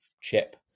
chip